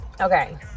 okay